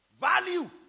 Value